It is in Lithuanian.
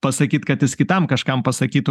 pasakyt kad jis kitam kažkam pasakytų